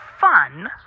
fun